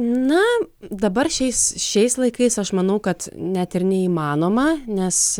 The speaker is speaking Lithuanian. na dabar šiais šiais laikais aš manau kad net ir neįmanoma nes